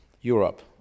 Europe